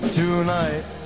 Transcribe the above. tonight